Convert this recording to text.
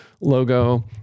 logo